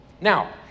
Now